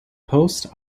post